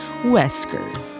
Wesker